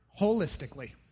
holistically